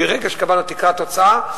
מרגע שקבענו תקרת הוצאה,